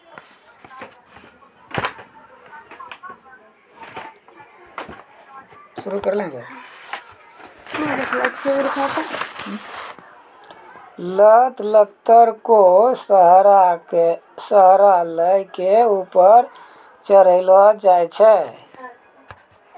लत लत्तर कोय सहारा लै कॅ ऊपर चढ़ैलो जाय छै